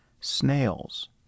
snails